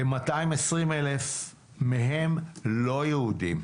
220,000 מהם לא יהודים,